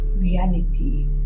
Reality